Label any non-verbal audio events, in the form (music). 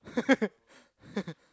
(laughs)